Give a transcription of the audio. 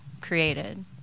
created